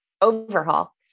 overhaul